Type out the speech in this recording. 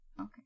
Okay